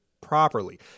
properly